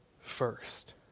first